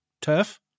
turf